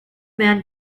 man